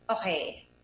okay